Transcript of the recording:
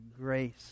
grace